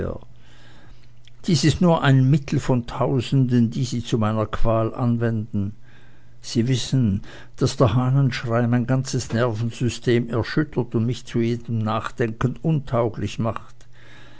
dies ist nur ein mittel von tausenden die sie zu meiner qual anwenden sie wissen daß der hahnenschrei mein ganzes nervensystem erschüttert und mich zu jedem nachdenken untauglich macht